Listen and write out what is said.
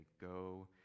go